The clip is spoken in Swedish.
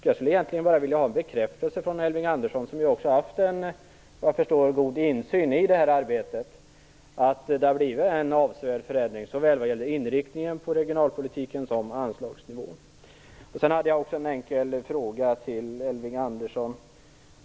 Jag skulle egentligen bara vilja ha en bekräftelse från Elving Andersson, som ju har haft en god insyn i det här arbetet, på att det har blivit en avsevärd förändring såväl vad gäller inriktningen på regionalpolitiken som vad gäller anslagsnivån. Jag har också en enkel fråga till Elving Andersson.